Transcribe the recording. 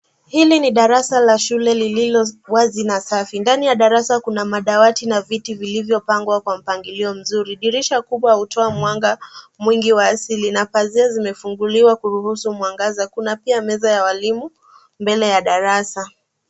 Hili ni darasa la shule lililo wazi na safi. Ndani ya darasa kuna madawati na viti vilivyopangwa kwa mpangilio mzuri. Dirisha kubwa hutoa mwanga mwingi wa asili na mapazia yamefunguliwa kuruhusu mwangaza. Pia kuna meza ya walimu mbele ya darasa.